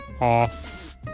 off